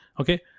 okay